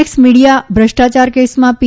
x media ભ્રષ્ટાયાર કેસમાં પી